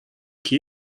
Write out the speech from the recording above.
que